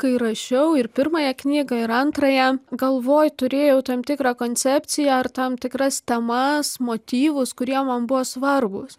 kai rašiau ir pirmąją knygą ir antrąją galvoj turėjau tam tikrą koncepciją ar tam tikras temas motyvus kurie man buvo svarbūs